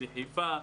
לחיפה,